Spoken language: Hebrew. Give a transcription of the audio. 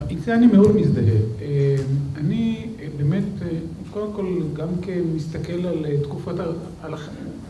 עם זה אני מאוד מזדהה. אהה אני באמת אה, קודם כל גם כמסתכל על אה תקופות ה...